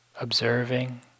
observing